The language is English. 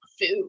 food